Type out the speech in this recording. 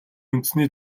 үндэсний